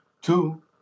Two